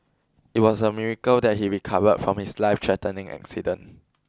it was a miracle that he recovered from his life threatening accident